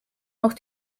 auch